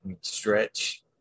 Stretch